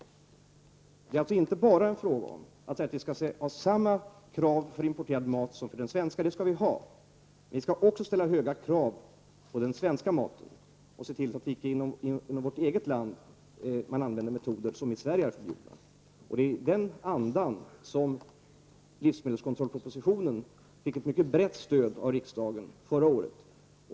Det är alltså inte bara fråga om att det skall vara samma krav på den importerade maten som på den svenska. Det skall vi ha. Men vi skall också ställa höga krav på den svenska maten och se till att man i vårt land inte använder metoder som är förbjudna i Sverige. Det var i den andan som livsmedelskontrollpropositionen fick ett mycket brett stöd av riksdagen förra året.